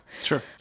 sure